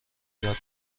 یاد